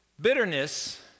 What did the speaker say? Bitterness